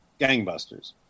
gangbusters